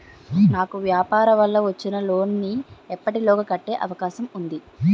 నాకు వ్యాపార వల్ల వచ్చిన లోన్ నీ ఎప్పటిలోగా కట్టే అవకాశం ఉంది?